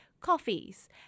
coffees